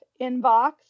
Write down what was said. inbox